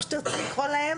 איך שתרצו לקרוא להם,